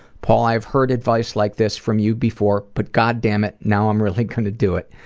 paul, i have heard advice like this from you before, but god damn it, now i'm really gonna do it.